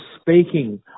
speaking